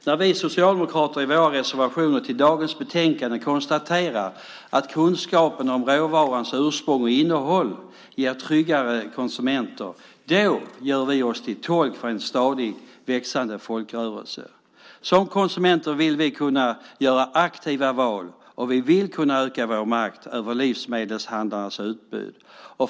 När vi socialdemokrater i våra reservationer till dagens betänkande konstaterar att kunskaper om råvarans ursprung och innehåll ger tryggare konsumenter gör vi oss till tolk för en stadigt växande folkrörelse. Som konsumenter vill vi kunna göra aktiva val, och vi vill kunna öka vår makt över livsmedelshandlarnas utbud.